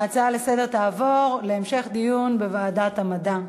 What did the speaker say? ההצעה לסדר-היום תעבור להמשך דיון בוועדת המדע.